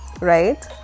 right